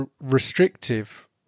restrictive